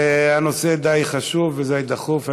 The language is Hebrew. הנושא די חשוב ודי דחוף.